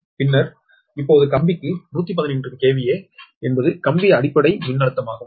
பின்னர் இப்போது கம்பிக்கு 115 KV என்பது கம்பி அடிப்படை மின்னழுத்தமாகும்